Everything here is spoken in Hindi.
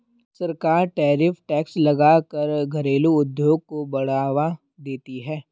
सरकार टैरिफ टैक्स लगा कर घरेलु उद्योग को बढ़ावा देती है